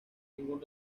ningún